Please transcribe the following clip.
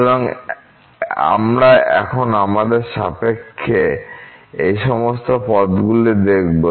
সুতরাং আমরা এখন আমাদের সাপেক্ষে এই সমস্ত পদগুলি দেখব